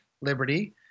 liberty